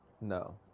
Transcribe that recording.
No